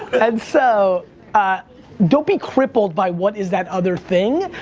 and so ah don't be crippled by what is that other thing.